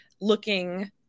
looking